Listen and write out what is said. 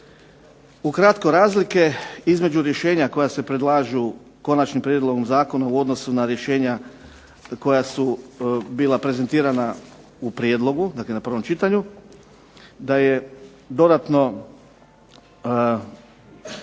Ukratko razlike između rješenja koja se predlažu konačnim prijedlogom zakona u odnosu na rješenja koja su bila prezentirana u prijedlogu, dakle na prvom čitanju da je dodatno